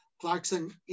Clarkson